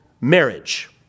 marriage